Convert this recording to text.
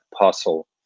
puzzle